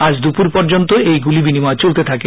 আজ দুপুর পর্যন্ত এই গুলি বিনিময় চলতে থাকে